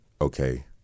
okay